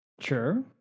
Sure